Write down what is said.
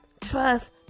Trust